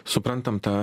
suprantam ta